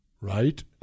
right